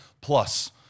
plus